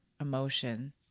emotion